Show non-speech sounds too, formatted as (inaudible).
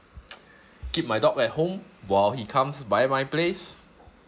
(noise) keep my dog at home while he comes by my place